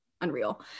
unreal